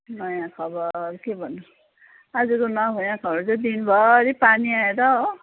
नयाँ खबर के भन्नु आजको नयाँ खबर चाहिँ दिनभरि पानी आएर हो